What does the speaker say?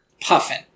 Puffin